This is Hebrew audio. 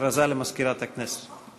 הודעה למזכירת הכנסת.